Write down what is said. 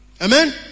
Amen